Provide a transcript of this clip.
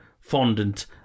Fondant